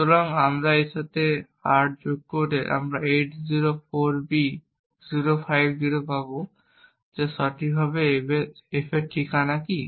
সুতরাং আমরা এর সাথে 8 যোগ করলে আমরা 804B050 পাব যা সঠিকভাবে f এর ঠিকানা কি